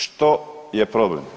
Što je problem?